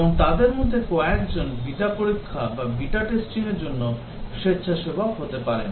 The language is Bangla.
এবং তাদের মধ্যে কয়েকজন বিটা পরীক্ষার জন্য স্বেচ্ছাসেবক হতে পারেন